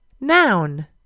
Noun